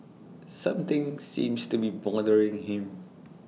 something seems to be bothering him